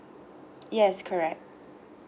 yes correct